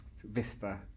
vista